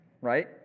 right